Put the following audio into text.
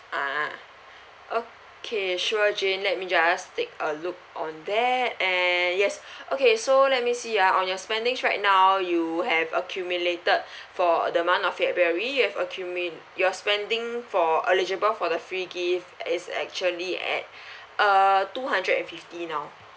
a'ah okay sure jane let me just take a look on that and yes okay so let me see ah on your spendings right now you have accumulated for the month of february you've accumul~ your spending for eligible for the free gift is actually at err two hundred and fifty now